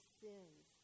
sins